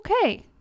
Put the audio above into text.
okay